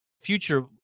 future